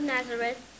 Nazareth